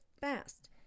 fast